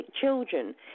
children